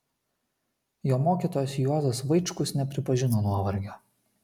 jo mokytojas juozas vaičkus nepripažino nuovargio